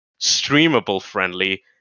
streamable-friendly